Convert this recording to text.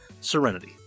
Serenity